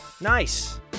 Nice